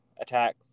attack